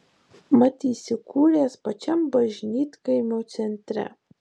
mat įsikūręs pačiam bažnytkaimio centre